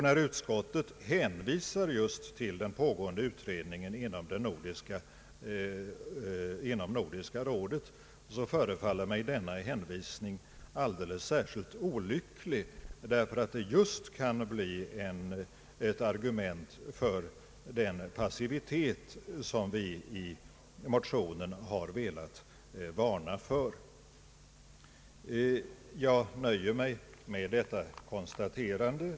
När utskottet hänvisar till den pågående utredningen inom Nordiska rådet så förefaller mig denna hänvisning alldeles särskilt olycklig därför att det just kan bli ett argument för den passivitet som vi i motionen har velat varna för. Jag nöjer mig med detta konstaterande.